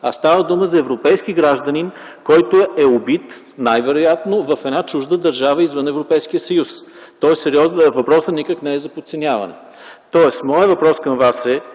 А става дума за европейски гражданин, който е убит най-вероятно в една чужда държава извън Европейския съюз. Тоест, въпросът никак не е за подценяване. Моят въпрос към Вас е: